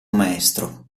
maestro